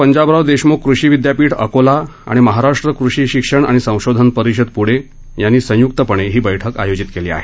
पंजाबराव देशम्ख कृषी विद्यापीठ अकोला आणि महाराष्ट्र कृषी शिक्षण आणि संशोधन परिषद प्णे यांनी संयुक्तपणे ही बैठक आयोजित केली आहे